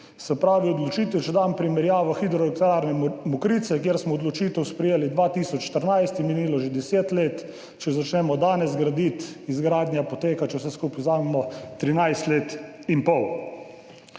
Se pravi, od odločitve, če dam primerjavo, za Hidroelektrarno Mokrice, za katero smo odločitev sprejeli 2014, je minilo že 10 let, če začnemo danes graditi, izgradnja poteka, če vse skupaj vzamemo, 13 let in pol.